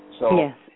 Yes